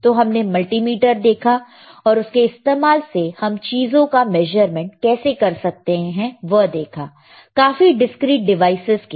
तो हमने मल्टीमीटर देखा और उसके इस्तेमाल से हम चीजों का मेज़रमेंट कैसे कर सकते हैं वह देखा काफी डिस्क्रीट डिवाइसस के लिए